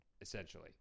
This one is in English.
essentially